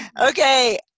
okay